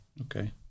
Okay